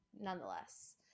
nonetheless